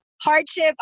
hardship